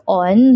on